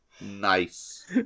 Nice